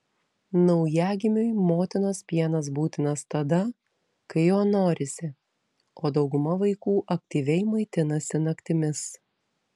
naujagimiui motinos pienas būtinas tada kai jo norisi o dauguma vaikų aktyviai maitinasi naktimis